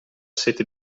sete